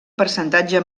percentatge